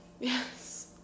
Yes